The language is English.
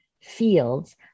fields